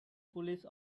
police